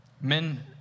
Men